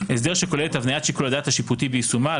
ואשר כולל את הבניית שיקול הדעת השיפוטי ביישומה,